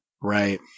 Right